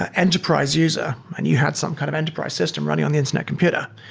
ah enterprise user and you had some kind of enterprise system running on the internet computer.